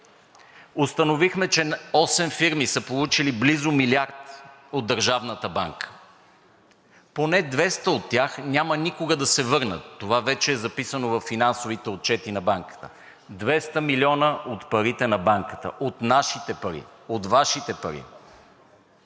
Установихме, че осем фирми са получили близо милиард от държавната банка. Поне двеста от тях няма никога да се върнат, това вече е записано във финансовите отчети на банката – 200 милиона от парите на банката – от нашите пари, от Вашите пари!